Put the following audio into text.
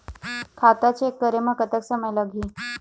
खाता चेक करे म कतक समय लगही?